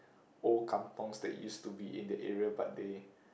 old kampungs that used to be in that area but they